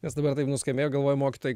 nes dabar taip nuskambėjo galvoji mokytojai